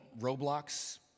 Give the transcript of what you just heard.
Roblox